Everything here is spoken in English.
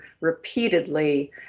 repeatedly